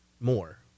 more